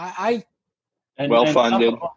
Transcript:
Well-funded